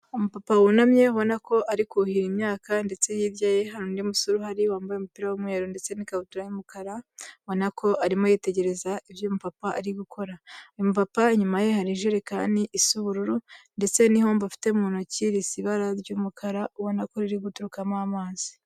Umupapa wunamye ubona ko ari kuhira imyaka ndetse hirya hari undi musore uhari wambaye umupira w'umweru ndetse n'ikabutura y'umukara, ubona ko arimo yitegereza ibyo uyu mupapa ari gukora. Uyu mupapa inyuma ye hari ijerekani isa ubururu, ndetse n'ihombo afite mu ntoki risa ibara ry'umukara, ubona ko riri guturukamo amazi.